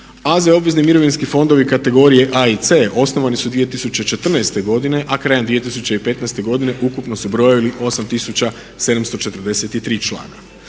AZ obvezni mirovinski fondovi kategorije A i C osnovani su 2014.godine a krajem 2015. godine ukupno su brojili 8 743 člana.